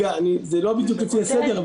זה לא בדיוק לפי הסדר,